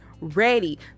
ready